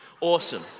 Awesome